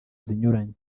zinyuranye